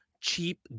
cheap